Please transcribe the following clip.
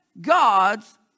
God's